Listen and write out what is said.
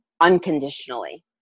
unconditionally